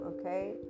okay